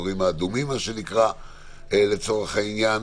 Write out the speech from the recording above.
האזורים האדומים מה שנקרא לצורך העניין,